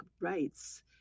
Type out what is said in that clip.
rights